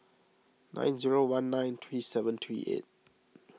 nine zero one nine three seven three eight